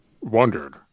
wondered